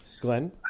Glenn